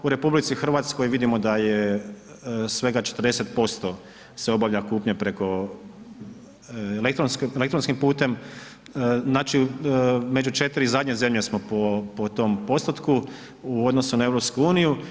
U RH vidimo da je svega 40% se obavlja kupnja preko, elektronskim putem, znači među 4 zadnje zemlje smo po, po tom postotku u odnosu na EU.